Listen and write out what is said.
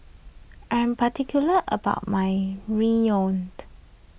I am particular about my Ramyeon